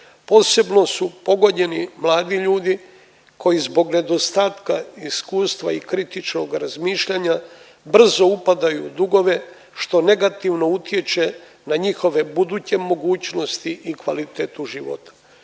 Posebno su pogođeni mladi ljudi koji zbog nedostatka iskustva i kritičnog razmišljanja brzo upadaju u dugove što negativno utječe na njihove buduće mogućnosti i kvalitetu života.